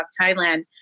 Thailand